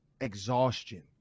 exhaustion